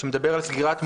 שמדבר על "סגירת מוסד,